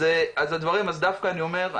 אז דווקא אני אומר,